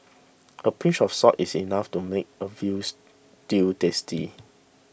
a pinch of salt is enough to make a Veal Stew tasty